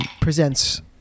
presents